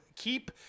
Keep